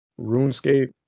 RuneScape